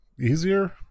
easier